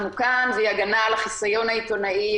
כאן והיא הגנה על החיסיון העיתונאי,